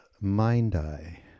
mind-eye